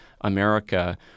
America